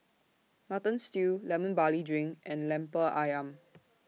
Mutton Stew Lemon Barley Drink and Lemper Ayam